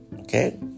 Okay